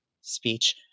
speech